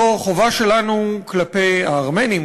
זו חובה שלנו כלפי הארמנים,